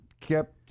kept